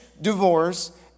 divorce